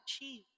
achieve